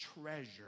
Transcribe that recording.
treasure